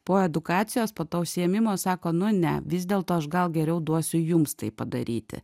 po edukacijos po to užsiėmimo sako nu ne vis dėlto aš gal geriau duosiu jums tai padaryti